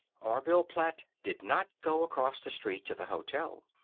orville platt did not go across the street to the hotel.